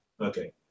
okay